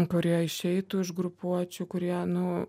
kurie išeitų iš grupuočių kurie nu